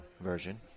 version